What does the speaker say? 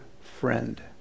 friend